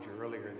earlier